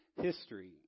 history